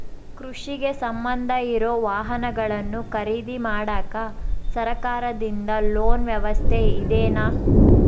ಕೃಷಿಗೆ ಸಂಬಂಧ ಇರೊ ವಾಹನಗಳನ್ನು ಖರೇದಿ ಮಾಡಾಕ ಸರಕಾರದಿಂದ ಲೋನ್ ವ್ಯವಸ್ಥೆ ಇದೆನಾ?